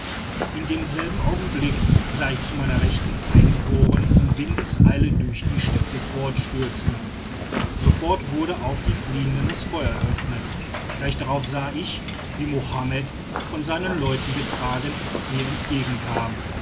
in demselben augenblick sah ich zu meiner rechten eingeborene mit windeseile durch die steppe fortstürzen sofort wurde auf die fliehenden das feuer eröffnet gleich darauf sah ich wie mohammed von seinen leuten getragen mir entgegenkam